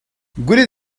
gwelet